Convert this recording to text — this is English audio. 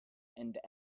and